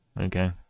Okay